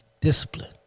Discipline